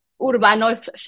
urbano